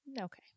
Okay